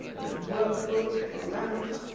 the work book, the lamp,